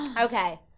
Okay